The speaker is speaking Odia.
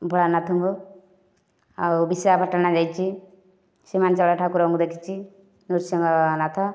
ଭୋଳାନାଥଙ୍କୁ ଆଉ ବିଶାଖାପାଟଣା ଯାଇଛି ସିମାଞ୍ଚଳ ଠାକୁରଙ୍କୁ ଦେଖିଛି ନୃସିଂହନାଥ